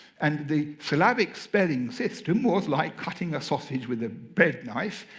and the syllabic spelling system was like cutting a sausage with a bread knife.